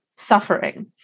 suffering